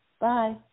Bye